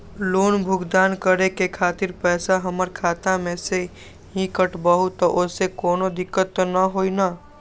Loan भुगतान करे के खातिर पैसा हमर खाता में से ही काटबहु त ओसे कौनो दिक्कत त न होई न?